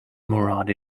murad